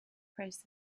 praised